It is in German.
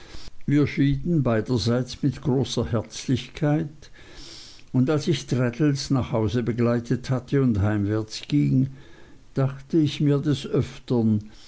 wir schieden beiderseits mit großer herzlichkeit und als ich traddles nach hause begleitet hatte und heimwärts ging dachte ich mir des öfteren